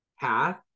path